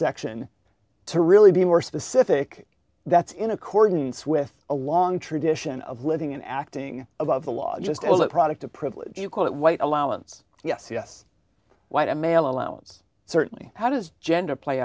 section to really be more specific that's in accordance with a long tradition of living and acting above the law just as a product of privilege you call it white allowance yes yes white male allowance certainly how does gender play